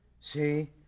See